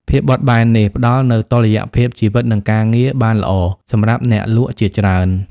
ភាពបត់បែននេះផ្ដល់នូវតុល្យភាពជីវិត និងការងារបានល្អសម្រាប់អ្នកលក់ជាច្រើន។